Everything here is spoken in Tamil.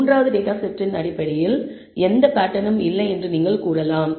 மூன்றாவது டேட்டா செட்டில் அடிப்படையில் எந்த பேட்டர்னும் இல்லை என்று நீங்கள் கூறலாம்